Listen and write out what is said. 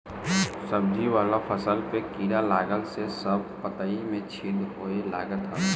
सब्जी वाला फसल पे कीड़ा लागला से सब पतइ में छेद होए लागत हवे